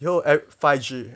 you know err five G